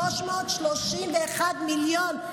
331 מיליון,